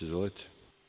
Izvolite.